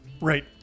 right